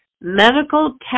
medical